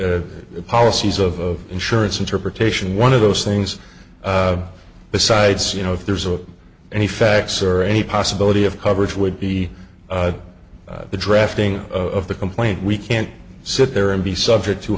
the policies of insurance interpretation one of those things besides you know if there's a any facts or any possibility of coverage would be the drafting of the complaint we can't sit there and be subject to